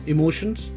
Emotions